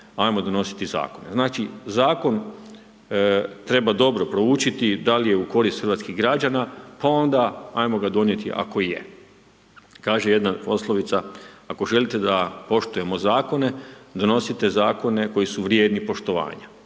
hajmo donositi zakone. Znači, zakon treba dobro proučiti da li je u korist hrvatskih građana pa onda hajmo ga donijeti ako je. Kaže jedna poslovica – ako želite da poštujemo zakone, donosite zakone koji su vrijedni poštovana.